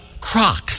Crocs